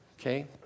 Okay